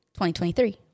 2023